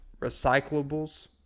recyclables